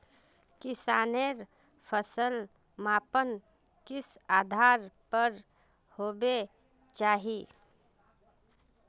किसानेर फसल मापन किस आधार पर होबे चही?